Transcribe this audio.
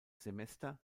semester